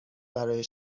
برای